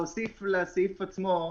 אנחנו מבקשים להוסיף לסעיף עצמו,